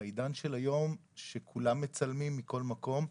בעידן של היום שכולם מצלמים בכל מקום,